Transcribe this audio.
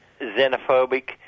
xenophobic